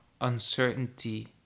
uncertainty